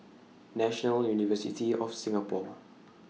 National University of Singapore